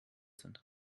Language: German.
sind